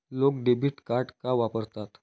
लोक debit card का वापरतात?